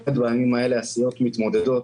בימים אלה הסיעות המתמודדות